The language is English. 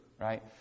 right